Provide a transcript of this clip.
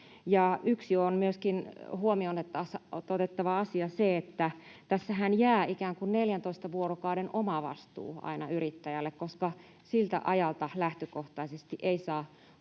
Yksi huomioon otettava asia on myöskin se, että tässähän jää ikään kuin 14 vuorokauden omavastuu aina yrittäjälle, koska siltä ajalta lähtökohtaisesti ei saa